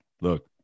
look